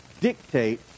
dictate